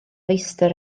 feistr